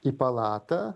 į palatą